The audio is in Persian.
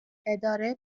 اداره